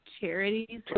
charities